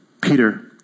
Peter